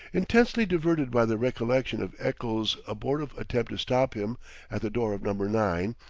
intensely diverted by the recollection of eccles' abortive attempt to stop him at the door of number nine,